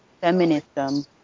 feminism